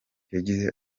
yagize